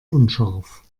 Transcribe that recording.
unscharf